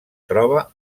troba